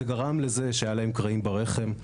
זה גרם לזה שהיו להם קרעים ברחם.